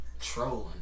Trolling